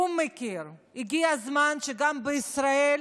האו"ם מכיר, הגיע הזמן שגם בישראל